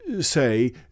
say